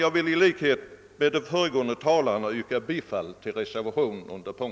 Jag ber i likhet med föregående talare få yrka bifall till reservationen.